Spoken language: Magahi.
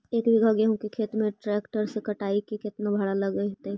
एक बिघा गेहूं के खेत के ट्रैक्टर से कटाई के केतना भाड़ा लगतै?